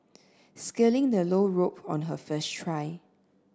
scaling the low rope on her first try